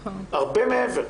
הרבה מעבר.